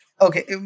Okay